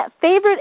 Favorite